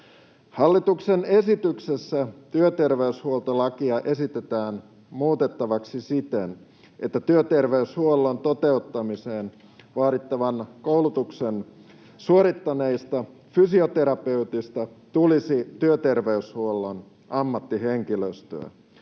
Hallituksen esityksessä työterveyshuoltolakia esitetään muutettavaksi siten, että työterveyshuollon toteuttamiseen vaadittavan koulutuksen suorittaneista fysioterapeuteista tulisi työterveyshuollon ammattihenkilöstöä,